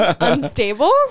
unstable